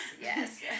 yes